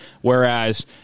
whereas